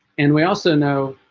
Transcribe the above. and we also know